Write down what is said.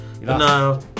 No